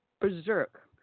berserk